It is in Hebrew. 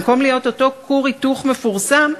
במקום להיות אותו כור היתוך מפורסם,